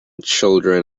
children